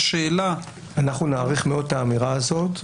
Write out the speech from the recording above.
השאלה --- אנחנו נעריך מאוד את האמירה הזאת.